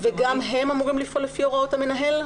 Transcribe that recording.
גם הם אמורים לפעול לפי הוראות המנהל?